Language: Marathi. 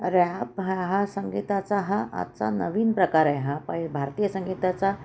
रॅप हा संगीताचा हा आजचा नवीन प्रकार आहे हा पय भारतीय संगीताचा